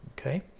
Okay